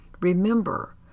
Remember